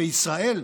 וישראל,